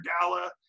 gala